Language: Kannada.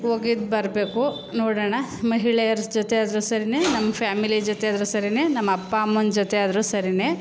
ಹೋಗಿದ್ದು ಬರಬೇಕು ನೋಡೋಣ ಮಹಿಳೆಯರ ಜೊತೆಯಾದರೂ ಸರಿಯೇ ನಮ್ಮ ಫ್ಯಾಮಿಲಿ ಜೊತೆಯಾದರೂ ಸರಿಯೇ ನಮ್ಮ ಅಪ್ಪ ಅಮ್ಮನ ಜೊತೆಯಾದರೂ ಸರಿಯೇ